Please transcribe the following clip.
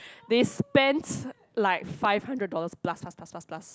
they spent like five hundred dollars plus plus plus plus plus